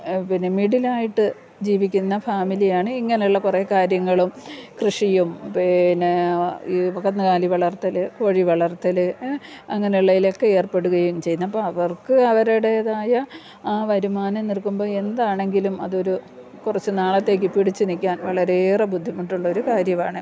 പിന്നെ മിഡിലായിട്ട് ജീവിക്കുന്ന ഫാമിലിയാണ് ഇങ്ങനെയുള്ള കുറേ കാര്യങ്ങളും കൃഷിയും പിന്നെ ഈ കന്നുകാലി വളർത്തൽ കോഴി വളർത്തൽ അങ്ങനെയുള്ളതിലൊക്കെ ഏർപ്പെടുകയും ചെയ്യുന്നത് അപ്പം അവർക്ക് അവരുടേതായ ആ വരുമാനം നിക്കുമ്പോൾ എന്താണെങ്കിലും അതൊരു കുറച്ചു നാളത്തേക്ക് പിടിച്ചു നിൽക്കാൻ വളരെയേറെ ബുദ്ധിമുട്ടുള്ള ഒരു കാര്യാമാണ്